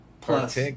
Plus